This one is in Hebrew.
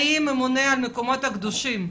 האם הממונה על המקומות הקדושים,